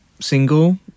single